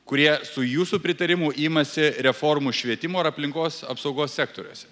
kurie su jūsų pritarimu imasi reformų švietimo ir aplinkos apsaugos sektoriuose